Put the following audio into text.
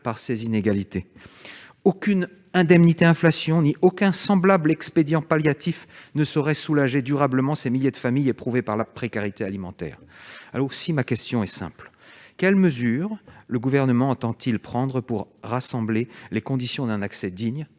par ses inégalités ? Aucune « indemnité inflation », aucun semblable expédient palliatif ne saurait soulager durablement ces milliers de familles éprouvées par la précarité alimentaire. Aussi ma question est-elle simple : quelles mesures le Gouvernement entend-il prendre pour faire advenir les conditions d'un accès digne,